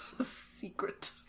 secret